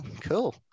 cool